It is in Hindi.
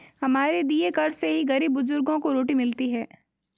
हमारे दिए कर से ही गरीब बुजुर्गों को रोटी मिलती है